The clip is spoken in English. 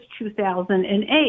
2008